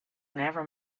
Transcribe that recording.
never